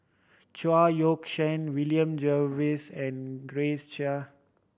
Chao Yoke San William Jervois and Grace Chia